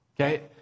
Okay